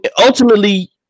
ultimately